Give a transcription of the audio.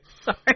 Sorry